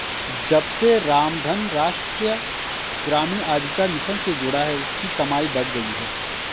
जब से रामधन राष्ट्रीय ग्रामीण आजीविका मिशन से जुड़ा है उसकी कमाई बढ़ गयी है